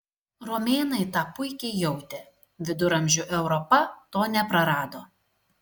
romėnai tą puikiai jautė viduramžių europa to neprarado